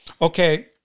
Okay